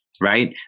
right